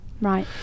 Right